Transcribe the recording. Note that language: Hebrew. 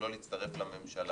להצטרף לממשלה,